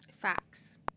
Facts